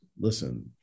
listen